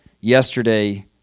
yesterday